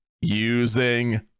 using